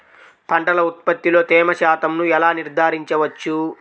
పంటల ఉత్పత్తిలో తేమ శాతంను ఎలా నిర్ధారించవచ్చు?